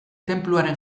tenpluaren